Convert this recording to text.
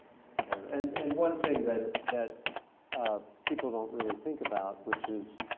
and and and one thing that that ah people don't really think about which is